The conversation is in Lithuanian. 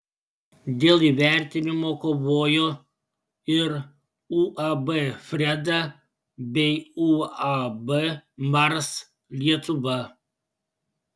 dėl įvertinimo kovojo ir uab freda bei uab mars lietuva